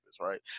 right